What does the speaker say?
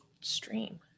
stream